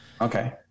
Okay